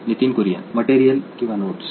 Nitin Kurian material किंवा notes